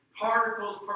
particles